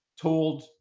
told